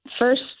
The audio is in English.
first